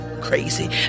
crazy